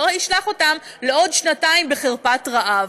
לא ישלח אותן לעוד שנתיים בחרפת רעב.